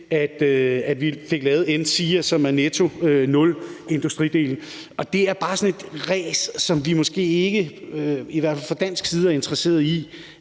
at vi fik lavet NZIA, som er lovpakken om en nettonulindustri. Det er bare sådan et ræs, som vi måske ikke, i hvert fald ikke fra dansk side, er interesseret i